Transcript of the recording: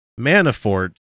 Manafort